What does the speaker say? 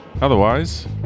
Otherwise